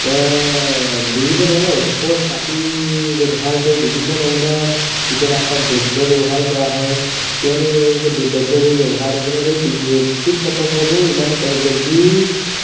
বিভিন্ন ধৰণৰ ঔষধ পাতিৰ ব্যৱহাৰ কৰোঁ বিভিন্ন ধৰণৰ কীটনাশক দ্ৰব্য ব্যৱহাৰ কৰা হয় কিয়নো এই দ্ৰব্যবোৰ ব্যৱহাৰ নকৰিলে এই কী কীট পতঙ্গবোৰ ইমান জলদি